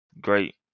Great